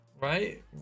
right